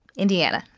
indiana.